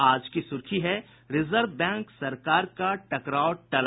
आज की सुर्खी है रिजर्व बैंक सरकार का टकराव टला